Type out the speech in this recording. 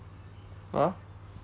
!huh!